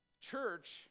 church